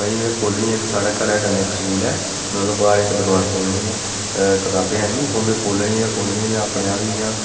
भाई में खोह्लनी साढ़े घरै कन्नै इक स्कूल ऐ में ओह्दे बाहर इक दकान खोह्लनी ऐ कताबें आह्ली ते ओह् में खोह्लनी ते खोह्लनी ऐ में अपने दा बी इं'या